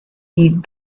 heed